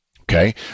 okay